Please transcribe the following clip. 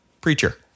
preacher